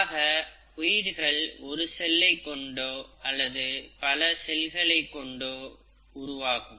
ஆக உயிர்கள் ஒரு செல்லை கொண்டோ அல்லது பல செல்களை கொண்டோ உருவாகும்